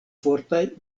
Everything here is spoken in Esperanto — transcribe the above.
fortaj